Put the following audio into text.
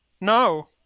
No